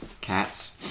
Cats